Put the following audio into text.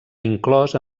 inclòs